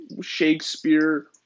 Shakespeare